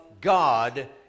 God